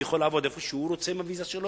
הוא יכול לעבוד איפה שהוא רוצה עם הוויזה שלו,